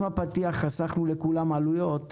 אם הפתיח הוא שחסכנו לכולם עלויות,